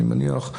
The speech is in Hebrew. אני מניח,